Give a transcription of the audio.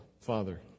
Father